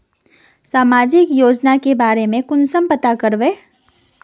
सामाजिक योजना के बारे में कुंसम पता करबे?